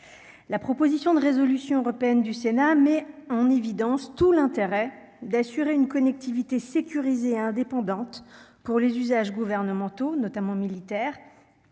la proposition de résolution européenne du Sénat met en évidence tout l'intérêt d'assurer une connectivité sécurisée indépendante pour les usages gouvernementaux, notamment militaires,